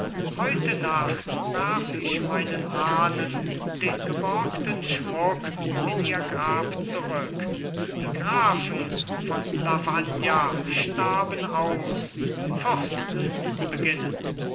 heute nacht werf ich meinen ahnen den geborgten schmuck in ihr grab zurück die grafen von lavagna starben aus fürsten beginnen